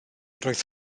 roedd